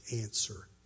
answer